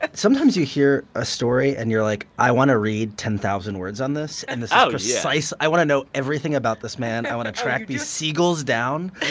sometimes you hear a story and you're like, i want to read ten thousand words on this. and this is precise i want to know everything about this man. i want to track these sea gulls down.